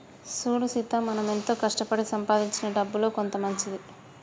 సూడు సీత మనం ఎంతో కష్టపడి సంపాదించిన డబ్బులో కొంత మంచిది